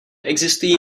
existují